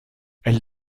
elle